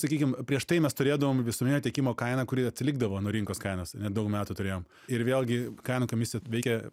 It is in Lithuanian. sakykim prieš tai mes turėdavom visuomeninio tiekimo kainą kuri atsilikdavo nuo rinkos kainos daug metų turėjom ir vėlgi kainų komisija veikia